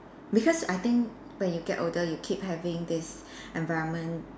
because I think when you get older you keep having these environment